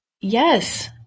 yes